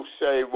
say